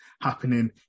happening